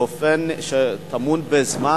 באופן שתלוי בזמן,